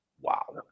wow